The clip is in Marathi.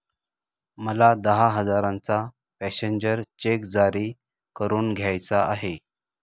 मला दहा हजारांचा पॅसेंजर चेक जारी करून घ्यायचा आहे